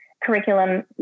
curriculum